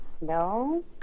no